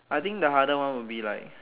I think the harder one would be like